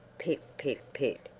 pit-pit-pit!